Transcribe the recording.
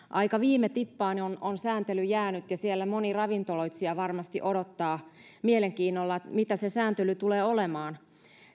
aika viime tippaan on on sääntely jäänyt ja siellä moni ravintoloitsija varmasti odottaa mielenkiinnolla mitä se sääntely tulee olemaan